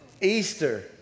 Easter